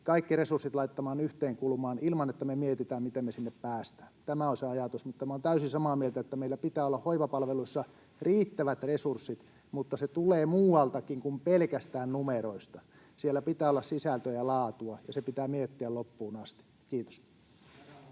kaikki resurssit laittamaan yhteen kulmaan ilman, että me mietitään, miten me sinne päästään. Tämä on se ajatus. Mutta minä olen täysin samaa mieltä, että meillä pitää olla hoivapalveluissa riittävät resurssit, mutta se tulee muualtakin kuin pelkästään numeroista. Siellä pitää olla sisältöä ja laatua, ja se pitää miettiä loppuun asti. — Kiitos.